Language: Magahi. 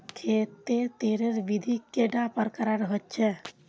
खेत तेर विधि कैडा प्रकारेर होचे?